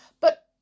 But